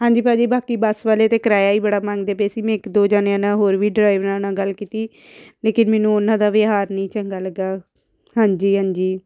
ਹਾਂਜੀ ਭਾਅ ਜੀ ਬਾਕੀ ਬੱਸ ਵਾਲੇ ਭਾਅ ਜੀ ਕਰਾਇਆ ਹੀ ਬੜਾ ਮੰਗਦੇ ਪਏ ਸੀ ਮੈਂ ਇੱਕ ਦੋ ਜਣਿਆਂ ਨਾਲ ਹੋਰ ਵੀ ਡਰਾਈਵਰਾਂ ਨਾਲ ਗੱਲ ਕੀਤੀ ਲੇਕਿਨ ਮੈਨੂੰ ਉਹਨਾਂ ਦਾ ਵਿਵਹਾਰ ਨਹੀਂ ਚੰਗਾ ਲੱਗਿਆ ਹਾਂਜੀ ਹਾਂਜੀ